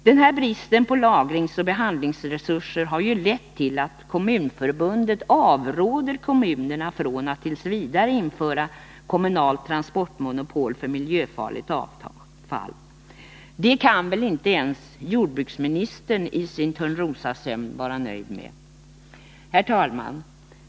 Denna brist på lagringsoch behandlingsresurser har ju lett till att Kommunförbundet avråder kommunerna från att t. v. införa kommunalt transportmonopol för miljöfarligt avfall. Detta kan väl inte ens jordbruksministern i sin Törnrosasömn vara nöjd med. Herr talman!